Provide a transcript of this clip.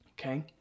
Okay